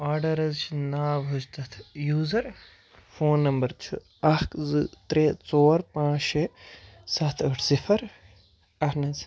order حظ چھِ ناو حظ تَتھ یوٗزَر فون نمبر چھُ اَکھ زٕ ترٛےٚ ژور پانٛژھ شےٚ سَتھ ٲٹھ صِفر اہن حظ